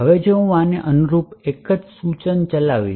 હવે જો હું આને અનુરૂપ એક જ સૂચના ચલાવીશ